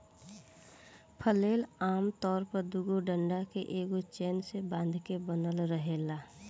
flail आमतौर पर दुगो डंडा के एगो चैन से बांध के बनल रहेला